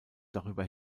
darüber